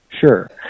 Sure